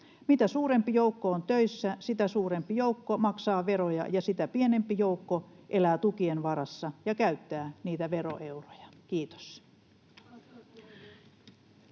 Mitä suurempi joukko on töissä, sitä suurempi joukko maksaa veroja ja sitä pienempi joukko elää tukien varassa ja käyttää niitä veroeuroja. — Kiitos.